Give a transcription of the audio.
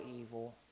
evil